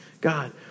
God